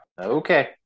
Okay